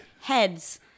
heads